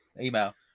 email